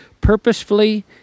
purposefully